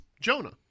Jonah